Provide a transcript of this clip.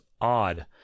odd